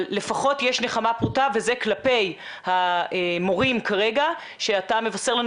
אבל לפחות יש נחמה פורתא וזה כלפי המורים כרגע שאתה מבשר לנו